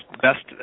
best